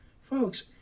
Folks